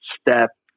step